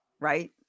Right